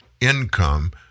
income